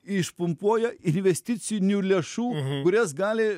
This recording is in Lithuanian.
išpumpuoja investicinių lėšų kurias gali